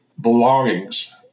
belongings